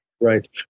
Right